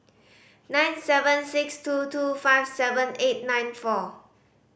nine seven six two two five seven eight nine four